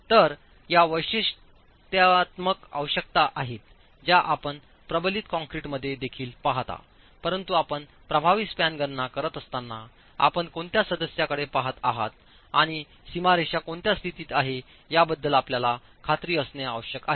तर या वैशिष्ट्यात्मक आवश्यकता आहेत ज्या आपण प्रबलित कंक्रीटमध्ये देखील पाहता परंतु आपण प्रभावी स्पॅन गणना करत असताना आपण कोणत्या सदस्याकडे पहात आहात आणि सीमारेषा कोणत्या स्थितीत आहे याबद्दल आपल्याला खात्री असणे आवश्यक आहे